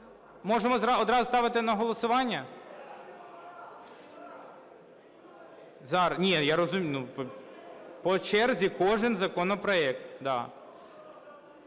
Можемо одразу ставити на голосування? По черзі кожен законопроект,